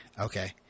Okay